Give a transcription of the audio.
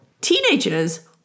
Teenagers